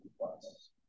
plus